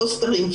פוסטרים,